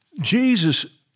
Jesus